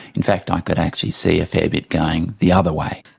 in fact i could actually see a fair bit going the other way.